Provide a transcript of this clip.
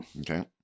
Okay